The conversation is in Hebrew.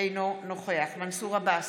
אינו נוכח מנסור עבאס,